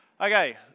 Okay